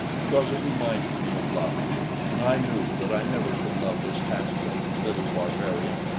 because it reminded me of love and i knew that i never could love this half-baked little barbarian.